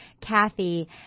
Kathy